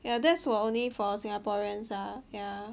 yeah that's for only for singaporeans ah yeah